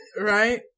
Right